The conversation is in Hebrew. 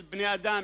של בני-אדם,